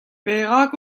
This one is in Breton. perak